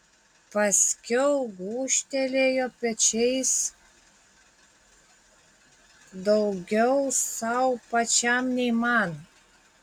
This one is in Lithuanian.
paskiau gūžtelėjo pečiais daugiau sau pačiam nei man